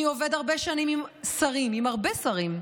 אני עובד הרבה שנים עם שרים, עם הרבה שרים.